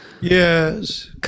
Yes